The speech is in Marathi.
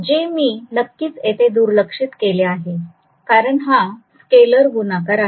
जे मी नक्कीच येथे दुर्लक्षित केले आहे कारण हा स्केलर गुणाकार आहे